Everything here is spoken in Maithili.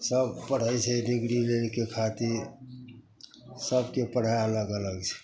सभ पढ़ै छै डिग्री लै लैके खातिर सभके पढ़ाइ अलग अलग छै